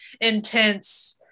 intense